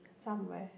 somewhere